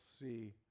see